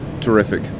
Terrific